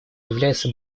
является